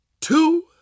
two